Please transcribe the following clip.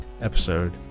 episode